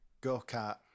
go-kart